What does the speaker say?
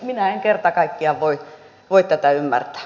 minä en kerta kaikkiaan voi tätä ymmärtää